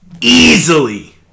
easily